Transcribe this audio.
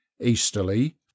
easterly